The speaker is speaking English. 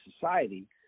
society